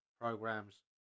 programs